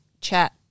chat